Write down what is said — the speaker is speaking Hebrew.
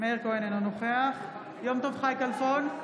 אינו נוכח יום טוב חי כלפון,